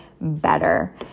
better